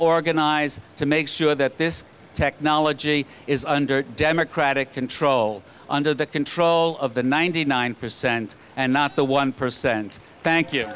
organize to make sure that this technology is under democratic control under the control of the ninety nine percent and not the one percent thank you